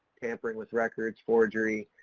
tampering with records, forgery.